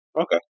Okay